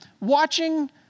watching